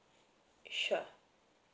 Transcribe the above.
sure